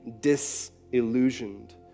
disillusioned